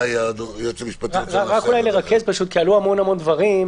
עלו המון דברים,